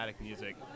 music